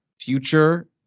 future